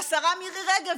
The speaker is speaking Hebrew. והשרה מירי רגב,